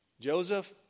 Joseph